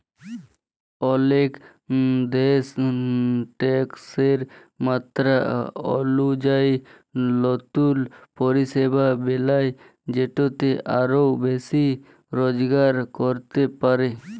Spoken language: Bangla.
অলেক দ্যাশ ট্যাকসের মাত্রা অলুজায়ি লতুল পরিষেবা বেলায় যেটতে আরও বেশি রজগার ক্যরতে পারে